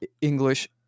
English